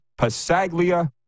Pasaglia